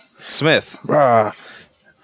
Smith